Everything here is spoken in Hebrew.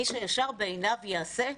לאיש הישר בעיניו יעשה?